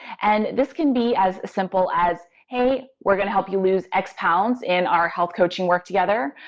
and this can be as simple as, hey, we're going to help you lose x pounds in our health coaching work together,